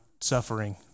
suffering